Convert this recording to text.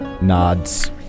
nods